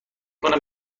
کنم